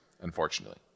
unfortunately